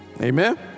Amen